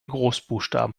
großbuchstaben